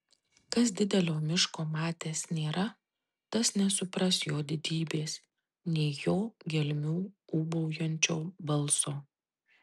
kas didelio miško matęs nėra tas nesupras jo didybės nei jo gelmių ūbaujančio balso